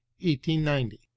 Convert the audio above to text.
1890